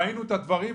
ראינו את הדברים,